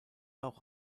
auch